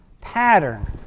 pattern